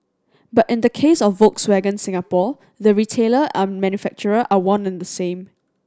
but in the case of Volkswagen Singapore the retailer and manufacturer are one and the same